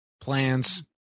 plans